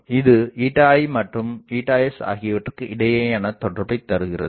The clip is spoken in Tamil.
இது i மற்றும் s ஆகியவற்றிற்கு இடையேயான தொடர்பை தருகிறது